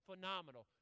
Phenomenal